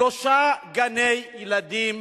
שלושה גני-ילדים